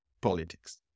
politics